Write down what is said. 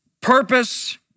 purpose